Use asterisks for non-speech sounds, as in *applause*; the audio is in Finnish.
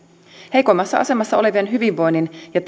heikoimmassa asemassa olevien hyvinvoinnin ja *unintelligible*